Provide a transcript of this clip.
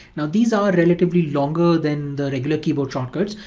now these are relatively longer than the regular keyboard shortcuts,